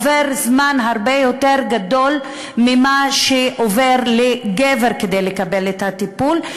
עובר הרבה יותר זמן מאשר הזמן שעובר עד לשליחת גבר כדי לקבל את הטיפול,